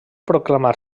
proclamar